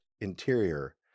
interior